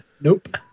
Nope